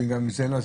אם גם את זה אין לו?